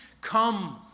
come